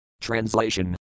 TRANSLATION